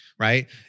Right